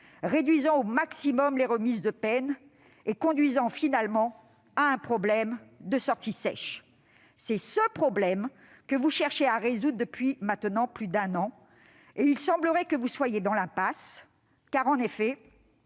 réduisant au maximum les remises de peine et conduisant finalement à un problème de sorties sèches. C'est ce problème que vous cherchez à résoudre depuis maintenant plus d'un an, et vous semblez être dans l'impasse. En effet,